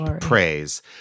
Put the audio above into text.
praise